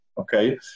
Okay